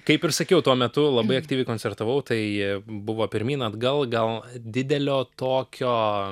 kaip ir sakiau tuo metu labai aktyviai koncertavau tai buvo pirmyn atgal gal didelio tokio